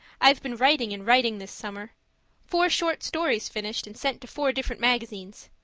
i've been writing and writing this summer four short stories finished and sent to four different magazines.